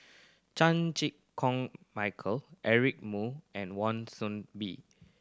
Chan Chew Koon Michael Eric Moo and Wan Soon Bee